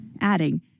Adding